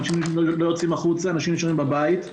אנשים לא יוצאים החוצה, נשארים בבית.